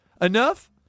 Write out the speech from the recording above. enough